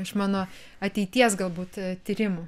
iš mano ateities galbūt tyrimų